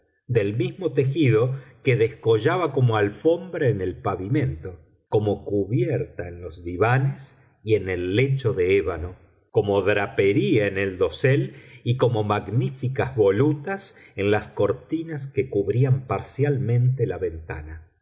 del mismo tejido que descollaba como alfombra en el pavimento como cubierta en los divanes y en el lecho de ébano como drapería en el dosel y como magníficas volutas en las cortinas que cubrían parcialmente la ventana